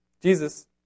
Jesus